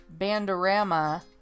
bandorama